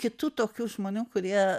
kitų tokių žmonių kurie